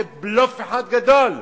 זה בלוף אחד גדול.